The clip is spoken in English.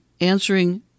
answering